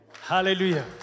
Hallelujah